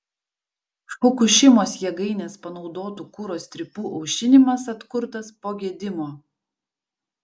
fukušimos jėgainės panaudotų kuro strypų aušinimas atkurtas po gedimo